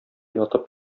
ятып